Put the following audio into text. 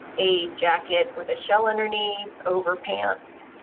a jacket with a shell underneath over pants,